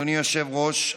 אדוני היושב-ראש,